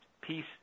peace